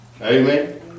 Amen